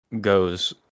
goes